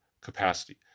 capacity